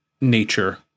nature